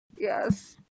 yes